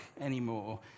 anymore